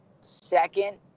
second